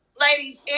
Ladies